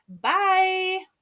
Bye